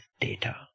data